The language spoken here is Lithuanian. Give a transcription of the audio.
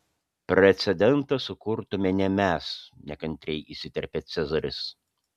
precedentą sukurtume ne mes nekantriai įsiterpė cezaris